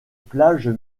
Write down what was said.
plages